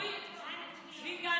אמרו לי: צבי גן,